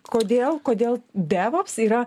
kodėl kodėl devops yra